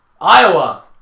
Iowa